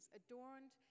adorned